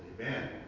Amen